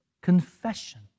confession